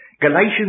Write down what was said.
Galatians